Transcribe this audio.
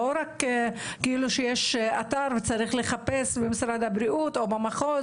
לא רק שיש אתר וצריך לחפש במשרד הבריאות או במחוז,